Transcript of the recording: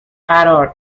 قرار